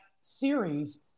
series